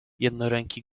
jednoręki